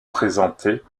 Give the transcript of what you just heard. présentées